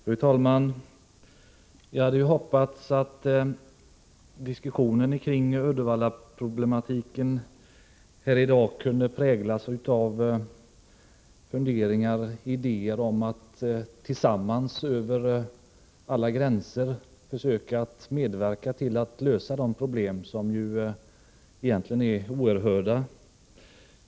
Fru talman! Jag hade hoppats att diskussionen om Uddevallaproblematiken här i dag skulle präglas av funderingar och idéer om hur man tillsammans över alla gränser skall försöka medverka till att lösa de problem som egentligen är oerhörda.